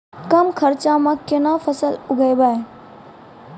कम खर्चा म केना फसल उगैबै?